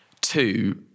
Two